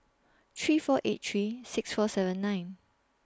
three four eight three six four seven nine